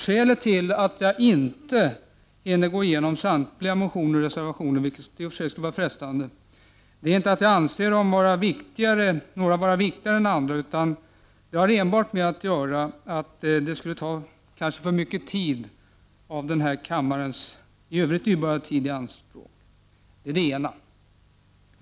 Skälet till att jag inte kommer att gå igenom samtliga motioner och reservationer, vilket i och för sig skulle vara frestande, är inte att jag anser somliga vara viktigare än andra, utan det har enbart att göra med att det skulle ta för mycket av denna kammares dyrbara tidi anspråk.